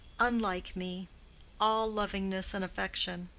unlike me all lovingness and affection.